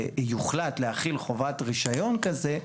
יוחלט להחיל חובת רישיון כזה,